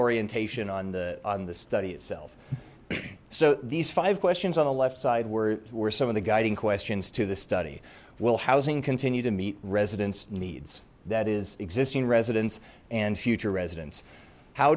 reorientation on the on the study itself so these five questions on the left side were were some of the guiding questions to the study well housing continue to meet residents needs that is existing residents and future residents how